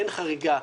אין חריגה.